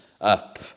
up